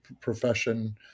profession